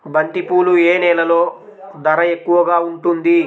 బంతిపూలు ఏ నెలలో ధర ఎక్కువగా ఉంటుంది?